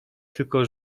tylko